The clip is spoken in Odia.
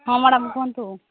ହଁ ମ୍ୟାଡମ୍ କୁହନ୍ତୁ